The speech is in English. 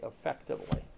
effectively